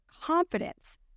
confidence